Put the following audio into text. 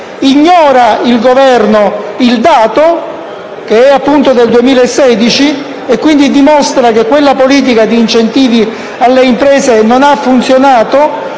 ignora il dato, che è appunto del 2016 e che dimostra che la politica di incentivi alle imprese non ha funzionato,